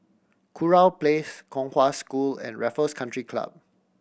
Kurau Place Kong Hwa School and Raffles Country Club